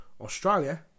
Australia